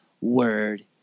word